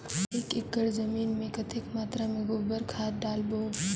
एक एकड़ जमीन मे कतेक मात्रा मे गोबर खाद डालबो?